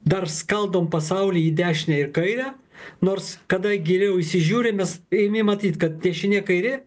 dar skaldom pasaulį į dešinę ir kairę nors kada giliau įsižiūri imi matyt kad dešinė kairė